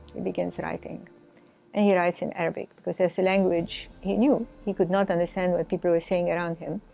he begins writing. and he writes in arabic because ah so language he knew. he could not understand what people were saying around him.